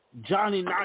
Johnny